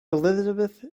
elizabeth